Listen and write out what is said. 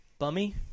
Bummy